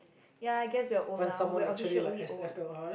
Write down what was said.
ya I guess we're old now we're officially old